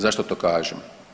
Zašto to kažem?